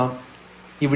ഇവിടെ fΔxy0